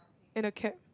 and a cap